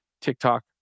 TikTok